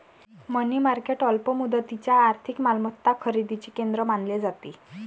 मनी market अल्प मुदतीच्या आर्थिक मालमत्ता खरेदीचे केंद्र मानले जाते